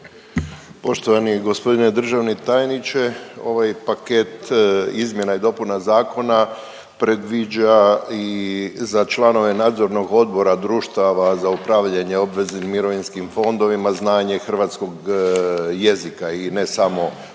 Poštovani gospodine državni tajniče, ovaj paket izmjena i dopuna zakona predviđa i za članove nadzornog odbora društava za upravljanje obveznim mirovinskim fondovima znanje hrvatskog jezika i ne samo obveznih